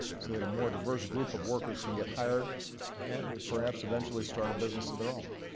so that a more diverse group of workers can get hired and perhaps eventually start a business of their own.